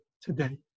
today